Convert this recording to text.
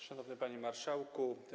Szanowny Panie Marszałku!